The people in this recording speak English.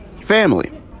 family